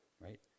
right